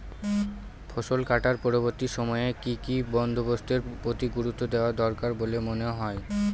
ফসলকাটার পরবর্তী সময়ে কি কি বন্দোবস্তের প্রতি গুরুত্ব দেওয়া দরকার বলে মনে হয়?